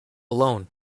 alone